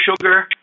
sugar